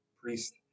priest